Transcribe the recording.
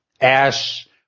Ash